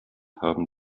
haben